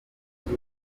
turi